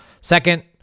Second